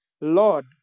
Lord